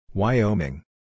Wyoming